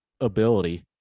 ability